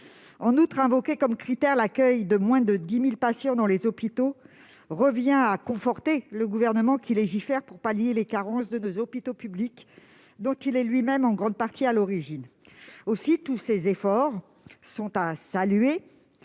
En outre, retenir comme critère l'accueil de moins de 10 000 patients dans les hôpitaux revient à conforter le Gouvernement, qui légifère pour pallier les carences de nos hôpitaux publics dont il est lui-même en grande partie à l'origine. Aussi, tous ces efforts, qui sont à saluer,